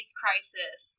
crisis